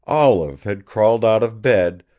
olive had crawled out of bed,